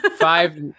Five